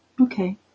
Okay